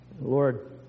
Lord